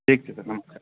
ठीक छै सर नमस्कार